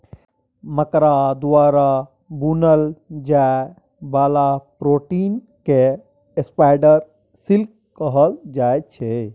मकरा द्वारा बुनल जाइ बला प्रोटीन केँ स्पाइडर सिल्क कहल जाइ छै